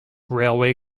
railway